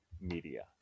media